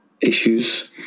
issues